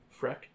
Freck